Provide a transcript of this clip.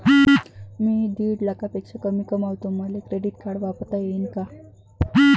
मी दीड लाखापेक्षा कमी कमवतो, मले क्रेडिट कार्ड वापरता येईन का?